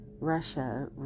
Russia